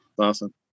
awesome